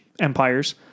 empires